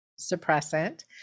suppressant